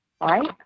right